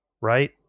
right